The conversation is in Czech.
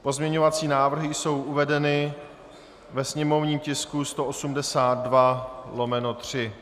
Pozměňovací návrhy jsou uvedeny ve sněmovním tisku 182/3.